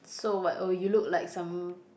so what or you look like some